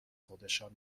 خودشان